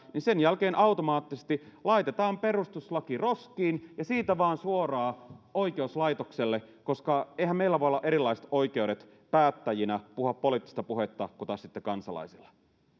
niin sen jälkeen automaattisesti laitetaan perustuslaki roskiin ja mennään siitä vain suoraan oikeuslaitokselle koska eihän meillä voi olla erilaiset oikeudet päättäjinä puhua poliittista puhetta kuin taas sitten kansalaisilla